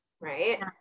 right